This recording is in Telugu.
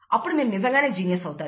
అప్పుడు మీరు జీనియస్ అవుతారు